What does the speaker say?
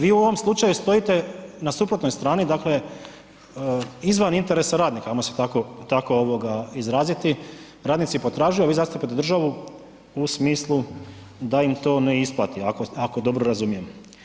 Vi u ovom slučaju stojite na suprotnoj strani, dakle izvan interesa radnika, ajmo se tako, tako ovoga izraziti, radnici potražuju, a vi zastupate državu u smislu da im to ne isplati ako dobro razumijem.